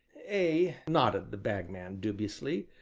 ay, nodded the bagman dubiously,